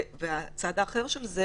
והצד האחר של זה,